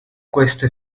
questo